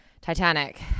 Titanic